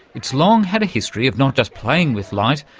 it's long had a history of not just playing with light,